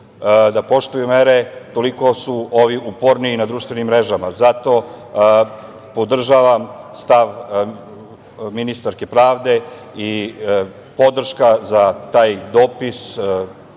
da poštuju mere toliko su ovi uporniji na društvenim mrežama. Zato podržavam stav ministarke pravde i podrška za taj dopis